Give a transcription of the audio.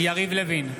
יריב לוין,